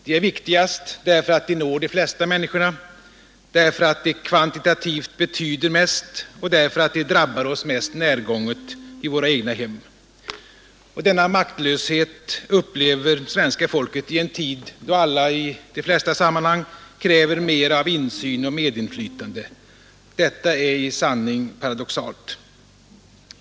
De är viktigast därför att de når de flesta människorna, därför att de kvantitativt betyder mest och därför att de drabbar oss mest närgånget, nämligen i våra egna hem. Och denna maktlöshet upplever det svenska folket i en tid då alla i de flesta sammanhang kräver mera av insyn och medinflytande Detta är i sanning paradoxalt.